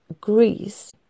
Greece